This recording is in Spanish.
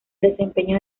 desempeño